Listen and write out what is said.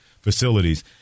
facilities